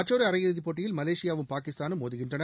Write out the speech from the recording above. மற்றொரு அரையிறுதிப்போட்டியில் மலேசியாவும் பாகிஸ்தானும் மோதுகின்றன